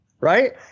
right